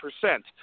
percent